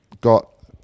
Got